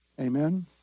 Amen